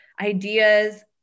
ideas